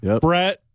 Brett